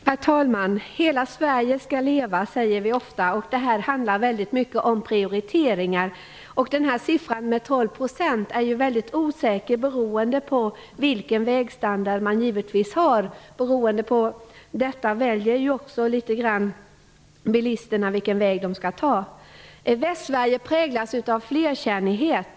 Herr talman! Hela Sverige skall leva, säger vi ofta. Det handlar väldigt mycket om prioriteringar. Prognosen 12 % är väldigt osäker, givetvis beroende på vilken vägstandard man har. Bilisterna väljer också väg litet grand efter detta. Västsverige präglas av flerkärnighet.